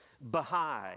Baha'i